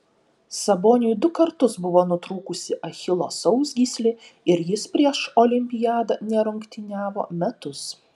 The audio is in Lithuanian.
saboniui du kartus buvo nutrūkusi achilo sausgyslė ir jis prieš olimpiadą nerungtyniavo metus